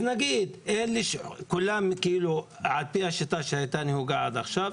לכן נגיד שלגבי כולם ינהגו על פי השיטה שהייתה נהוגה עד עכשיו,